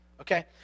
Okay